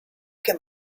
can